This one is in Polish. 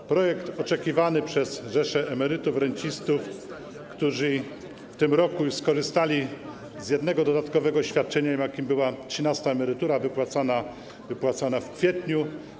To projekt oczekiwany przez rzesze emerytów, rencistów, którzy w tym roku już skorzystali z jednego dodatkowego świadczenia, jakim była trzynasta emerytura wypłacana w kwietniu.